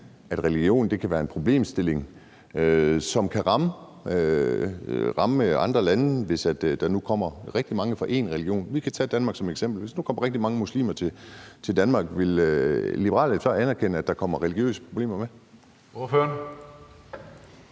at religion kan være en problemstilling, som kan ramme andre lande, hvis der nu kommer rigtig mange fra én religion? Vi kan tage Danmark som eksempel: Hvis der nu kom rigtig mange muslimer til Danmark, ville Liberal Alliance så anerkende, at der kom religiøse problemer med? Kl.